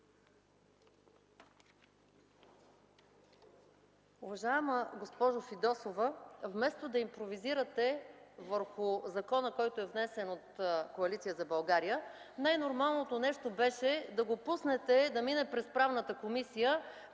Уважаема госпожо Фидосова, вместо да импровизирате върху закона, който е внесен от Коалиция за България, най-нормалното нещо беше да го пуснете да мине през Правната комисия